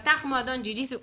הוא פתח מועדון ג'יו ג'יסיו.